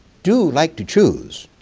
do like to choose.